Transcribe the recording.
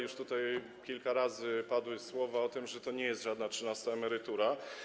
Już tutaj kilka razy padły słowa o tym, że to nie jest żadna trzynasta emerytura.